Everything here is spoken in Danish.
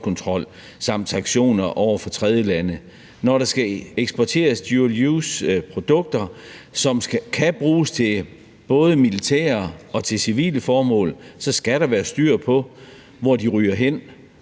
samt sanktioner over for tredjelande. Når der skal eksporteres dual use-produkter, som kan bruges til både militære og civile formål, skal der være styr på, hvor de ryger hen,